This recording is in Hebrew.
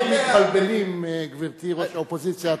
לפעמים מתבלבלים, גברתי ראש האופוזיציה.